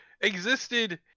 existed